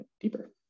deeper